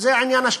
זה עניין השקיפות.